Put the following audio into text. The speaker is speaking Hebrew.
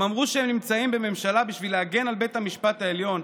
הם אמרו שהם נמצאים בממשלה בשביל להגן על בית המשפט העליון,